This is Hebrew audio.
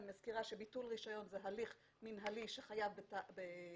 אני מזכירה שביטול רישיון הוא הליך מינהלי שחייב בשימועים,